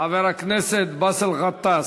חבר הכנסת באסל גטאס.